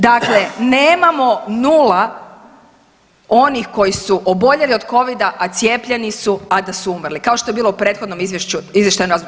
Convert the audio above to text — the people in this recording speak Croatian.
Dakle, nemamo nula onih koji su oboljeli od covida, a cijepljeni su, a da su umrli kao što je bilo u prethodnom izvještajnom razdoblju.